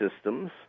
systems